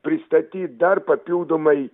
pristatyt dar papildomai